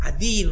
Adi